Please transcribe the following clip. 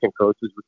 coaches